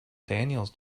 daniels